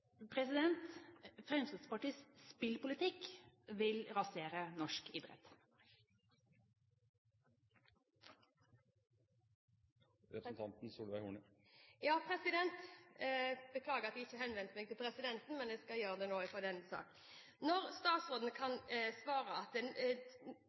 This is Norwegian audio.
Fremskrittspartiets spillpolitikk vil rasere norsk idrett. Beklager at jeg ikke henvendte meg til presidenten, men jeg skal gjøre det nå.